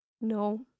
No